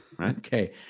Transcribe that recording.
Okay